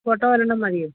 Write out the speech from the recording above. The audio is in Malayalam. ഫോട്ടോ ഒരെണ്ണം മതിയോ